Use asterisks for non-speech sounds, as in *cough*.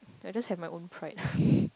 I just have my own pride *laughs*